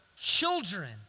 children